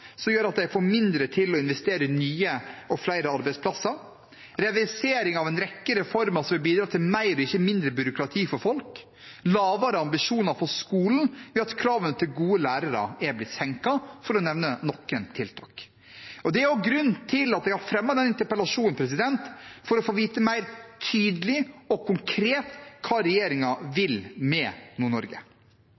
som gjør at de får mindre til å investere i nye og flere arbeidsplasser; reversering av en rekke reformer, som vil bidra til mer og ikke mindre byråkrati for folk; og lavere ambisjoner for skolen, ved at kravene til gode lærere er blitt senket, for å nevne noen tiltak. Det er også grunnen til at jeg har fremmet denne interpellasjonen, for å få vite mer tydelig og konkret hva